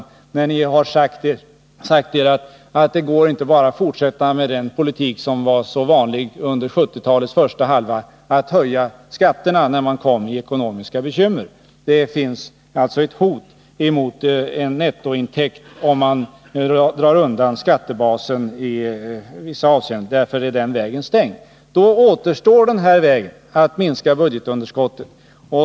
Besparingslinjen blir också viktig för er, när ni har sagt er att det inte går att bara fortsätta med skattehöjningar som var så vanliga under 1970-talets första hälft, när ni kom i ekonomiska bekymmer. Då återstår bara vägen att minska budgetunderskottet genom att minska utgifterna.